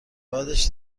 بعدش